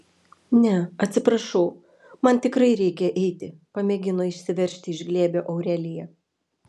ne atsiprašau man tikrai reikia eiti pamėgino išsiveržti iš glėbio aurelija